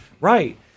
Right